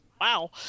wow